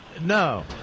No